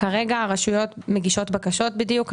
כרגע הרשויות מגישות בקשות בדיוק,